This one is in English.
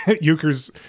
Euchre's